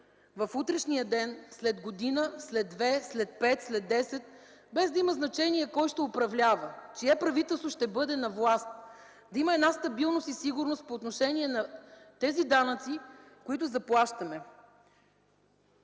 в утрешния ден, след година, след две, след пет, след десет, без да има значение кой ще управлява, чие правителство ще бъде на власт, да има една стабилност и сигурност по отношение на тези данъци, които заплащаме.